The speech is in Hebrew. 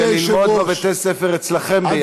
כדי ללמוד בבתי-הספר אצלכם יחד.